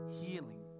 healing